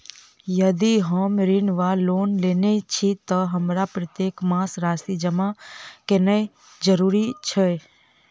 यदि हम ऋण वा लोन लेने छी तऽ हमरा प्रत्येक मास राशि जमा केनैय जरूरी छै?